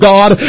God